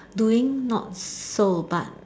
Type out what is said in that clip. doing not so but